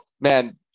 man